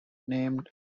name